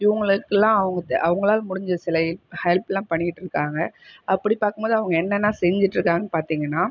இவங்களுக்கெல்லாம் அவங்க அவங்களால் முடிஞ்ச சில ஹெல்ப்லாம் பண்ணிகிட்டு இருக்காங்க அப்படி பார்க்கும் போது அவங்க என்னலாம் செஞ்சுட்டு இருக்காங்கன்னு பார்த்திங்கன்னா